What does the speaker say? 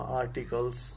articles